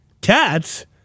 Cats